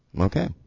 Okay